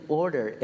order